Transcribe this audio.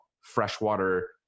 freshwater